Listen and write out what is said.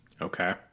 Okay